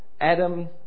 Adam